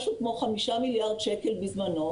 משהו כמו 5 מיליארד שקל בזמנו,